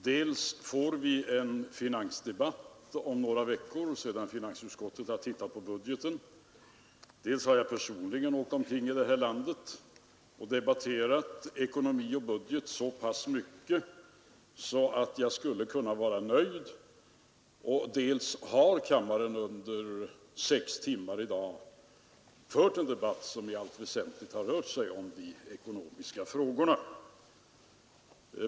Dels får vi en finansdebatt om några veckor sedan finansutskottet tittat på budgeten, dels har jag personligen åkt omkring i landet och debatterat ekonomi och budget så pass mycket att jag skulle kunna vara nöjd, dels har kammaren under sex timmar i dag fört en debatt som i allt väsentligt rört sig om de ekonomiska frågorna.